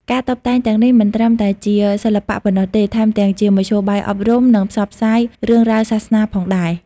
ការតុបតែងទាំងនេះមិនត្រឹមតែជាសិល្បៈប៉ុណ្ណោះទេ ថែមទាំងជាមធ្យោបាយអប់រំ និងផ្សព្វផ្សាយរឿងរ៉ាវសាសនាផងដែរ។